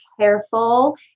careful